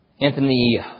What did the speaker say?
Anthony